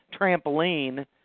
trampoline